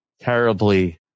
terribly